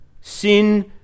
Sin